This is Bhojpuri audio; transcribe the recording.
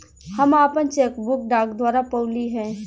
हम आपन चेक बुक डाक द्वारा पउली है